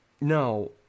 No